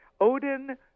Odin